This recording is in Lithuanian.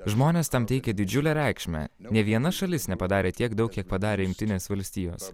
žmonės tam teikia didžiulę reikšmę nė viena šalis nepadarė tiek daug kiek padarė jungtinės valstijos